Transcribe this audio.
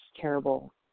terrible